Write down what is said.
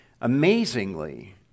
Amazingly